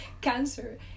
cancer